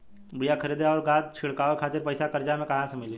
बीया खरीदे आउर खाद छिटवावे खातिर पईसा कर्जा मे कहाँसे मिली?